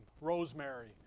rosemary